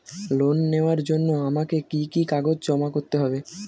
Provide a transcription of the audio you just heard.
Loan নেওয়ার জন্য আমাকে কি কি কাগজ জমা করতে হবে?